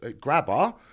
grabber